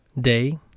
Day